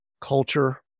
culture